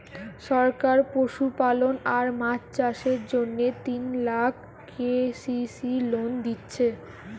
সরকার পশুপালন আর মাছ চাষের জন্যে তিন লাখ কে.সি.সি লোন দিচ্ছে